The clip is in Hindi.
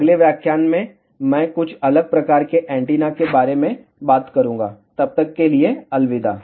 अगले व्याख्यान में मैं कुछ अलग प्रकार के एंटीना के बारे में बात करूंगा तब तक के लिए अलविदा